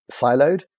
siloed